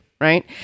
right